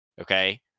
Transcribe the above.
Okay